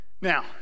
Now